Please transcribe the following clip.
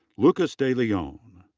lucas de leon.